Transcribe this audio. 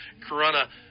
Corona